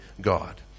God